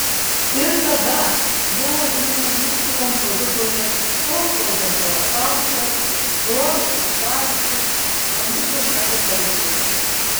ir tada buvo žinomi mūsų kompozitoriai osvaldas balakauskas bronius kutavičius onutė narbutaitė